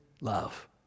love